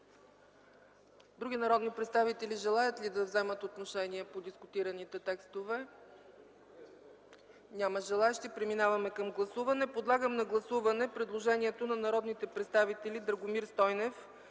Други народни представители желаят ли да вземат отношение по дискутираните текстове? Няма желаещи. Преминаваме към гласуване. Подлагам на гласуване предложението на народните представители Драгомир Стойнев,